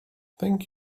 thank